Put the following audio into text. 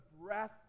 breath